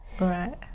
right